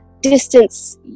distance